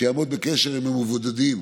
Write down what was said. שיעמוד בקשר עם המבודדים.